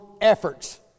efforts